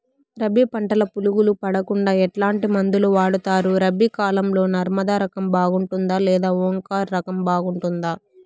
రబి పంటల పులుగులు పడకుండా ఎట్లాంటి మందులు వాడుతారు? రబీ కాలం లో నర్మదా రకం బాగుంటుందా లేదా ఓంకార్ రకం బాగుంటుందా?